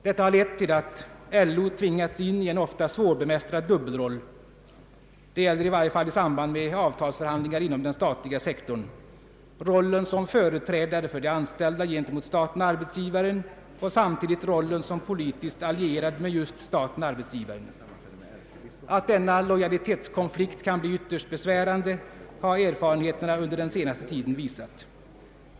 Detta har lett till att LO tvingats in i en ofta svårbemästrad dub belroll — det gäller i varje fall i samband med avtalsförhandlingar inom den statliga sektorn — rollen som företrädare för de anställda gentemot staten— arbetsgivaren och samtidigt rollen som politiskt allierad med just staten—arbetsgivaren. Att denna lojalitetskonflikt kan bli ytterst besvärande har erfarenheterna under den senaste tiden visat.